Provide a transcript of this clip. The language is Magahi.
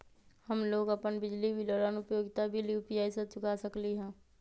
हम लोग अपन बिजली बिल और अन्य उपयोगिता बिल यू.पी.आई से चुका सकिली ह